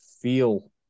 feel –